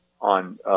on